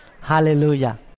Hallelujah